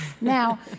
Now